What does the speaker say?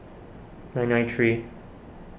nine nine three